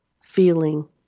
feeling